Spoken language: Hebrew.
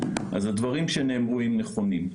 אז הדברים שנאמרו הם נכונים.